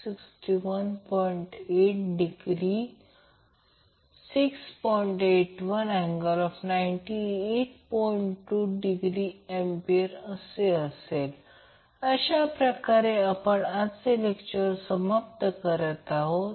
तसेच जर त्याचप्रमाणे KCL लागू केले तर त्याचप्रमाणे In I a I b I c 0 मध्ये मिळेल परंतु I a I b I c 0 असेल म्हणून बॅलन्स शिफ्ट इन 0 न्यूट्रलमधून कोणताही करंट वाहत नाही